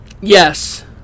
Yes